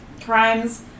crimes